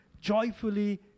joyfully